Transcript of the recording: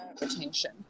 retention